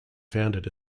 founded